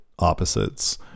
opposites